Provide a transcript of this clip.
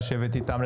לשבת איתם,